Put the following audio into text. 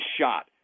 shot